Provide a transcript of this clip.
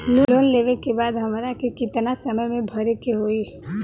Loan लेवे के बाद हमरा के कितना समय मे भरे के होई?